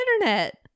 internet